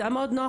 זה היה מאד נוח,